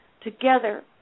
together